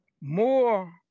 more